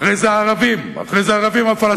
אחרי זה הערבים, אחרי זה הערבים הפלסטינים.